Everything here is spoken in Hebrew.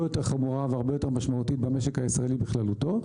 יותר חמורה והרבה יותר משמעותית במשק הישראלי בכללותו,